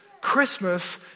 Christmas